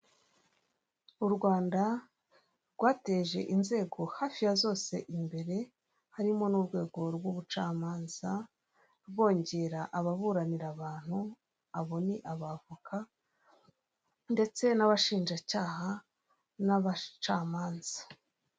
Uyu ni umuhanda munini wo mu bwoko bwa kaburimbo urimo ikinyabiziga cy'umweru gitwaye imizigo ukikijwe n'ibiti birebire ubona bitanga amahumbezi n'umuyaga ku bawukoresha bose.